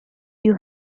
you